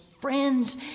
friends